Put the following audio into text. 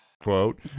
Quote